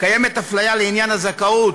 קיימת אפליה לעניין הזכאות